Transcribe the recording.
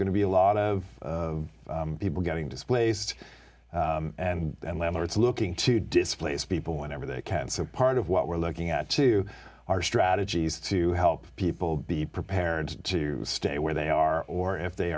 going to be a lot of people getting displaced and landlords looking to displace people whenever they can so part of what we're looking at to our strategies to help people be prepared to stay where they are or if they